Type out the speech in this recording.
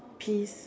peas